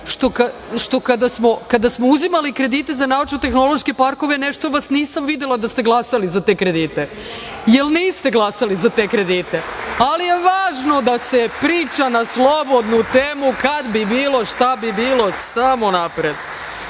Što kada smo uzimali kredite za naučno-tehnološke parkove, nešto vas nisam videla da ste glasali za te kredite. Jel niste glasali za te kredite? Ali je važno da se priča na slobodnu temu, kad bi bilo, šta bi bilo, samo napred. Idemo